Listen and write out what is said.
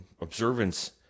observance